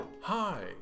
Hi